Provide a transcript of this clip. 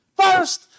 First